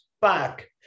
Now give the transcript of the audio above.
back